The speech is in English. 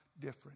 different